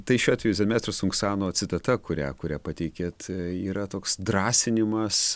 tai šiuo atveju zen meistro sunksano citata kurią kurią pateikėt yra toks drąsinimas